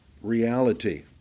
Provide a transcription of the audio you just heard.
reality